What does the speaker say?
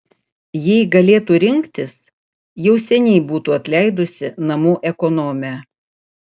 jei galėtų rinktis jau seniai būtų atleidusi namų ekonomę